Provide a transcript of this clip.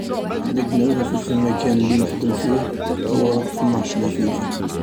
عدد النوافذ في المكان اللي نخدم فيه هو ثناش نافذة.